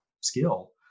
skill